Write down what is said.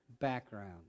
background